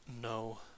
No